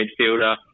midfielder